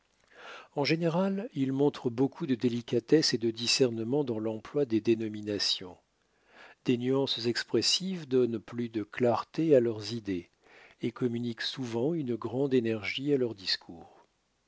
en général ils montrent beaucoup de délicatesse et de discernement dans l'emploi des dénominations des nuances expressives donnent plus de clarté à leurs idées et communiquent souvent une grande énergie à leurs discours